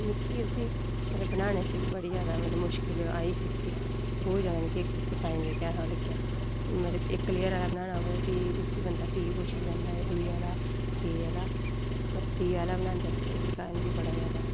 मिकी उस्सी बनाने च बड़ी ज्यादा मतलब मुश्कल आई ही उस्सी बोह्त ज्यादा मिकी टाईम लग्गेआ हा मतलब इक लेअर आह्ला बनाना होऐ ते फ्ही उस्सी बंदा फ्ही कोशिश करदा दूई आह्ला त्री आह्ला पर त्री आह्ला बनांदे जेहका मिं बड़ा ज्यादा